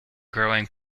growing